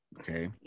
Okay